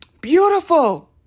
beautiful